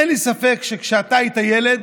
אין לי ספק שכשאתה היית ילד,